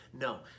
No